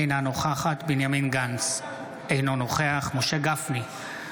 אינה נוכחת בנימין גנץ, אינו נוכח משה גפני,